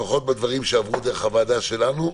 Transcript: לפחות בדברים שעברו דרך הוועדה שלנו,